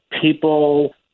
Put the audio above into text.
people